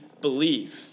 believe